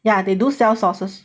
ya they do sell sauces